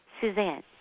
Suzanne